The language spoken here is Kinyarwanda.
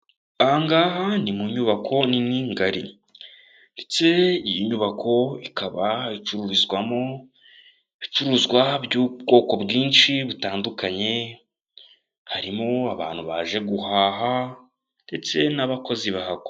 Aha ngaha ni mu nyubako nini ngari ndetse iyi nyubako ikaba icururizwamo ibicuruzwa by'ubwoko bwinshi butandukanye harimo abantu baje guhaha ndetse n'abakozi bahakora.